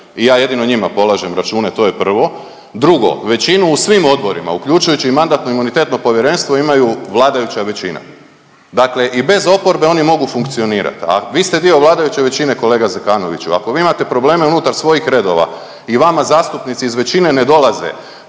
i ja jedino njima polažem račune, to je prvo. Drugo, većinu u svim odborima uključujući i MIP imaju vladajuća većina, dakle i bez oporbe oni mogu funkcionirat, a vi ste dio vladajuće većine kolega Zekanoviću. Ako vi imate probleme unutar svojih redova i vama zastupnici iz većine ne dolaze,